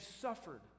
suffered